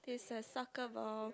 is a soccer ball